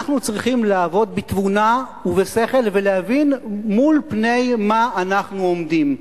אנחנו צריכים לעבוד בתבונה ובשכל ולהבין מול פני מה אנחנו עומדים.